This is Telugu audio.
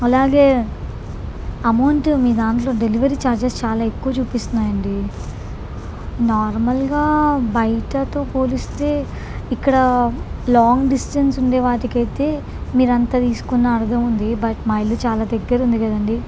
అలాగే అమౌంట్ మీ దాంట్లో డెలివరీ ఛార్జెస్ చాలా ఎక్కువ చూపిస్తున్నాయి అండి నార్మల్గా బయటతో పోలిస్తే ఇక్కడ లాంగ్ డిస్టెన్స్ ఉండే వాటికైతే మీరంత తీసుకున్న అర్థముంది బట్ మా ఇల్లు చాలా దగ్గర ఉంది కదండి